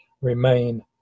remain